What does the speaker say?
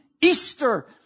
Easter